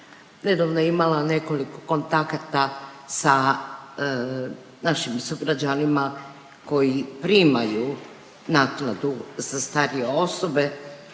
redovno imala nekoliko kontakata sa našim sugrađanima koji primaju naknadu za starije osobe